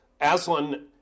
Aslan